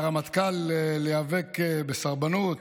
ומהרמטכ"ל, להיאבק בסרבנות,